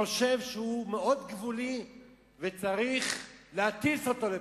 חושב שהוא במצב מאוד גבולי וצריך להטיס אותו לבית-חולים,